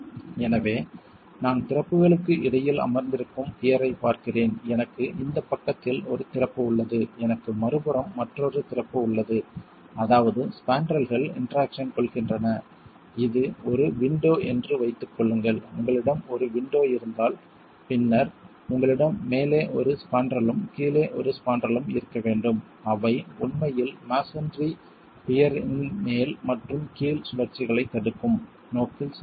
எனவே நான் திறப்புகளுக்கு இடையில் அமர்ந்திருக்கும் பியர் ஐப் பார்க்கிறேன் எனக்கு இந்த பக்கத்தில் ஒரு திறப்பு உள்ளது எனக்கு மறுபுறம் மற்றொரு திறப்பு உள்ளது அதாவது ஸ்பாண்ட்ரல்கள் இன்டெராக்சன் கொள்கின்றன இது ஒரு விண்டோ என்று வைத்துக் கொள்ளுங்கள் உங்களிடம் ஒரு விண்டோ இருந்தால் பின்னர் உங்களிடம் மேலே ஒரு ஸ்பாண்ட்ரலும் கீழே ஒரு ஸ்பான்ரலும் இருக்க வேண்டும் அவை உண்மையில் மஸோன்றி பியர் இன் மேல் மற்றும் கீழ் சுழற்சிகளைத் தடுக்கும் நோக்கில் செயல்படும்